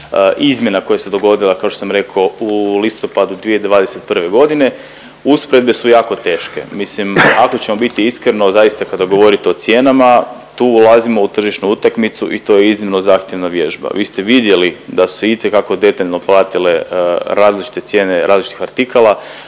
izmjena koja se dogodila, kao što sam rekao u listopadu 2021. godine. Usporedbe su jako teške. Mislim ako ćemo biti iskreno zaista kada govorite o cijenama, tu ulazimo u tržišnu utakmicu i to je iznimno zahtjevna vježba. Vi ste vidjeli da su se itekako detaljno pratile različite cijene, različitih artikala.